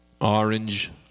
Orange